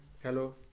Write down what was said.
Hello